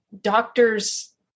doctors